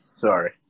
sorry